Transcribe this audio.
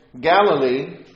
Galilee